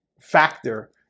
factor